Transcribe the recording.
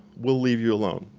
we'll leave you alone.